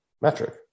metric